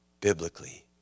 biblically